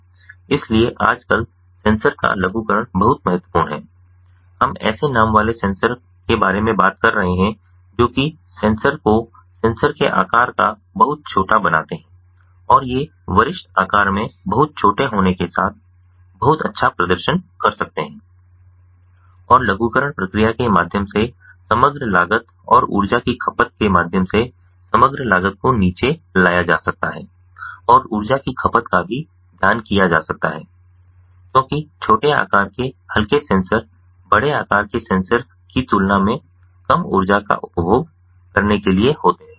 इसलिए आजकल सेंसर का लघुकरण बहुत महत्वपूर्ण है हम ऐसे नाम वाले सेंसरों के बारे में बात कर रहे हैं जो कि सेंसर को सेंसर के आकार का बहुत छोटा बनाते हैं और ये वरिष्ठ आकार में बहुत छोटे होने के साथ ही बहुत अच्छा प्रदर्शन कर सकते हैं और लघुकरण प्रक्रिया के माध्यम से समग्र लागत और ऊर्जा की खपत के माध्यम से समग्र लागत को नीचे लाया जा सकता है और ऊर्जा की खपत का भी ध्यान किया जा सकता है क्योंकि छोटे आकार के हल्के सेंसर बड़े आकार के सेंसर की तुलना में कम ऊर्जा का उपभोग करने के लिए होते है